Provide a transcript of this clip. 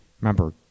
Remember